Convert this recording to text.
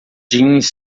jeans